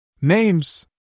Names